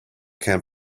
can